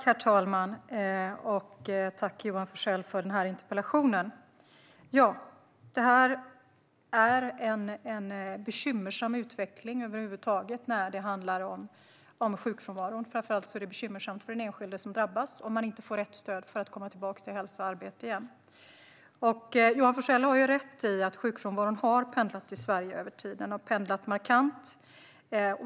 Herr talman! Tack, Johan Forssell, för interpellationen! Ja, det är en bekymmersam utveckling över huvud taget när det handlar om sjukfrånvaron. Framför allt är det bekymmersamt för de enskilda som drabbas om de inte får rätt stöd för att komma tillbaka till hälsa och arbete igen. Johan Forssell har rätt i att sjukfrånvaron har pendlat i Sverige över tiden. Den har pendlat markant.